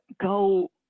Go